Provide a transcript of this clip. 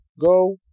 Go